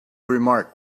remark